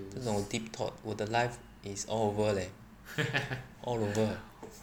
这种 deep thought 我的 life is all over leh all over